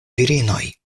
virinoj